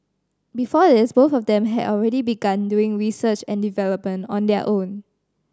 before this both of them had already begun doing research and development on their own